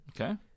Okay